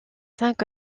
cinq